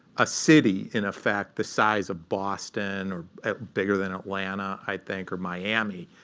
a city, in effect, the size of boston, or bigger than atlanta, i think, or miami.